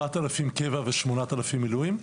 4,000 קבע ו-8,000 מילואים?